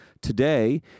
today